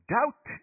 Doubt